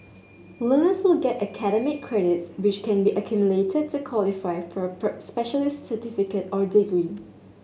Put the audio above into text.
learners will get academic credits which can be accumulated to qualify for a per specialist certificate or degree